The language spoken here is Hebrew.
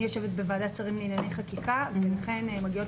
אני יושבת בוועדת שרים לענייני חקיקה ולכן מגיעות